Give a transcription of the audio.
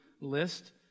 list